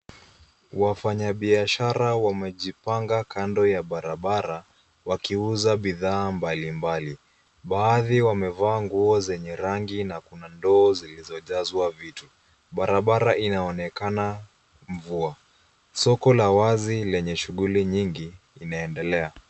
Wafanyabiashara wamejipanga kando ya barabara wakiuza bidhaa mbalimbali baadhi wamevaa nguo zenye rangi na kuna ndoo zilizojazwa vitu barabara inaonekana mvua soko la wazi lenye shughuli nyingi inaendelea.